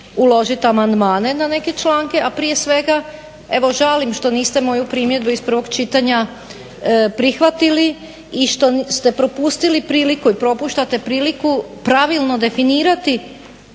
uložiti amandmane na neke članke a prije svega evo žalim što niste moju primjedbu iz prvog čitanja prihvatili i što ste propustili priliku i propuštate priliku pravilno definirati